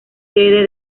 sede